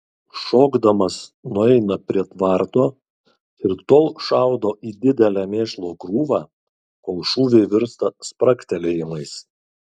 šokdamas nueina prie tvarto ir tol šaudo į didelę mėšlo krūvą kol šūviai virsta spragtelėjimais